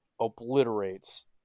obliterates